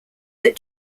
that